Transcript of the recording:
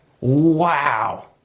wow